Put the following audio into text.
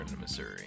Missouri